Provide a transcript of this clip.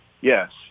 Yes